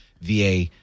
VA